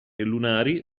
lunari